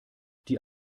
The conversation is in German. die